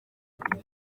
ati